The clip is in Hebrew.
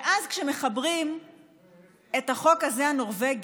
ואז כשמחברים את החוק הזה, הנורבגי,